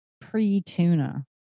Pre-tuna